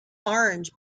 orange